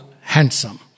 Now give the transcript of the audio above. handsome